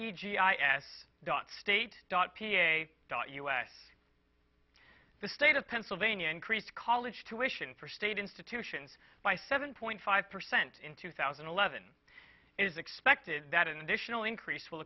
e g i s dot state dot dot us the state of pennsylvania increased college tuition for state institutions by seven point five percent in two thousand and eleven is expected that an additional increase will